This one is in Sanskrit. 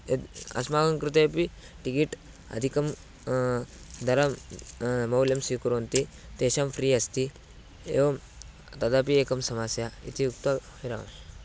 यद् अस्माकं कृते अपि टिकिट् अधिकं दरं मौल्यं स्वीकुर्वन्ति तेषां फ़्री अस्ति एवं तदपि एकं समस्या इति उक्त्वा विरमामि